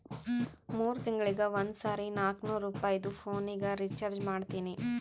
ಮೂರ್ ತಿಂಗಳಿಗ ಒಂದ್ ಸರಿ ನಾಕ್ನೂರ್ ರುಪಾಯಿದು ಪೋನಿಗ ರೀಚಾರ್ಜ್ ಮಾಡ್ತೀನಿ